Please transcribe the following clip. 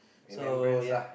so ya